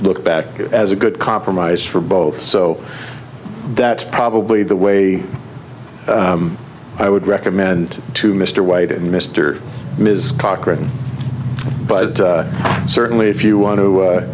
look back as a good compromise for both so that's probably the way i would recommend to mr white and mr cochran but certainly if you want to